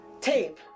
tape